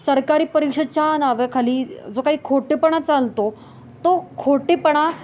सरकारी परीक्षाच्या नावाखाली जो काही खोटेपणा चालतो तो खोटेपणा